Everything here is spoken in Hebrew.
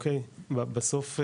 בסוף,